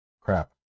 crap